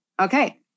Okay